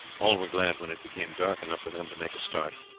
all were glad when it became dark enough for them to make a start.